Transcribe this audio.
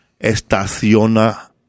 estaciona